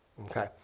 Okay